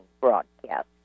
broadcast